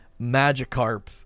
Magikarp